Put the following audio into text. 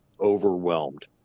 overwhelmed